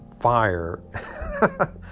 fire